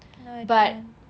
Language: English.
no it can't